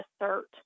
assert